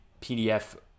PDF